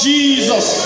Jesus